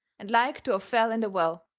and like to of fell in the well.